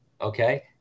Okay